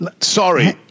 sorry